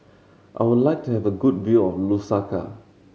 I would like to have good view of Lusaka